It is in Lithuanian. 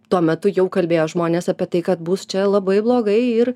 tuo metu jau kalbėjo žmonės apie tai kad bus čia labai blogai ir